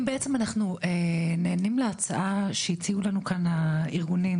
אם בעצם אנחנו נענים להצעה שהציעו לנו כאן הארגונים,